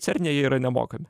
cerne jie yra nemokami